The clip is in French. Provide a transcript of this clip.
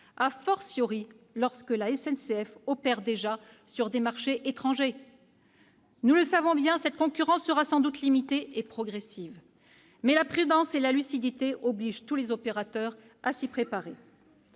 à défendre, lorsque la SNCF opère déjà sur des marchés étrangers. Nous le savons bien, cette concurrence sera sans doute limitée et progressive ; mais la prudence et la lucidité obligent tous les opérateurs à s'y préparer.